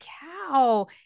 cow